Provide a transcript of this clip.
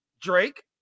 Drake